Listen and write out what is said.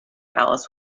alice